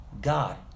God